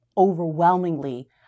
overwhelmingly